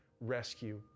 rescue